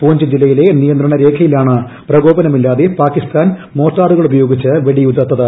പൂഞ്ച് ജില്ലയിലെ നിയന്ത്രണ രേഖയിലാണ് പ്രകോപനമില്ലാതെ പാകിസ്ഥാൻ മോർട്ടാറുകൾ ഉപയോഗിച്ച് വെടിയുതിർത്തത്